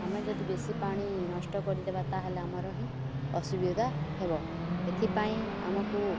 ଆମେ ଯଦି ବେଶୀ ପାଣି ନଷ୍ଟ କରିଦେବା ତାହେଲେ ଆମର ହିଁ ଅସୁବିଧା ହେବ ଏଥିପାଇଁ ଆମକୁ